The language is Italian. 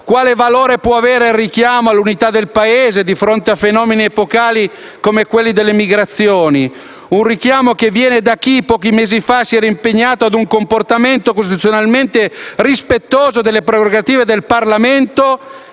Quale valore può avere il richiamo all'unità del Paese di fronte a fenomeni epocali, come quello dell'immigrazione? Un richiamo che viene da chi pochi mesi fa si era impegnato a tenere un comportamento costituzionalmente rispettoso delle prerogative del Parlamento